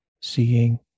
seeing